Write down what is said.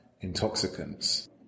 intoxicants